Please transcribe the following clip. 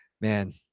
man